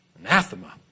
Anathema